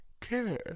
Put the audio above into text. care